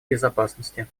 безопасности